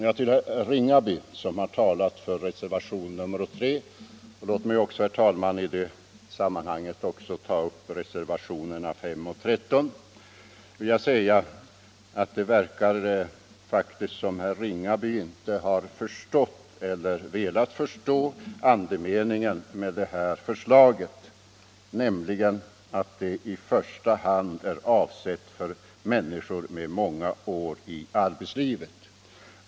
Till herr Ringaby, som har talat för reservationen 3, vill jag säga — och låt mig också, herr talman, i det sammanhanget ta upp reservationerna 5 och 13 — att det verkar faktiskt som om herr Ringaby inte förstått eller velat förstå andemeningen i förslaget om delpension, nämligen att det i första hand är avsett för människor med många år i arbetslivet.